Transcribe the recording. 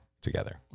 together